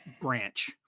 branch